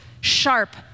sharp